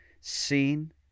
seen